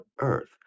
earth